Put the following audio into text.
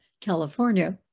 California